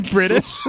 British